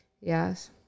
yes